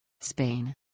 Spain